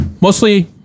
mostly